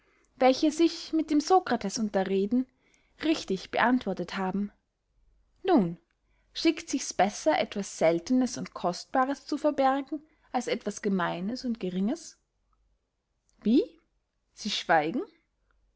welche sich mit dem socrates unterreden richtig beantwortet haben nun schickt sichs besser etwas seltenes und kostbares zu verbergen als etwas gemeines und geringes wie sie schweigen